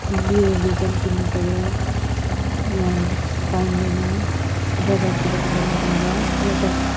बिउ बिजन किन्नुपर्यो यहाँ पाइँदैन बजारतिरबाट मगाउँदा एउटा